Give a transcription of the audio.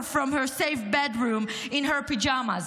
from her safe bedroom in her pajamas.